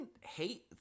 hate